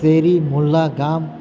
શેરી મોહલ્લા ગામ